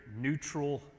neutral